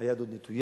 היד עוד נטויה,